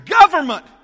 government